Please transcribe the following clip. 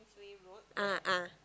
a'ah